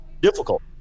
difficult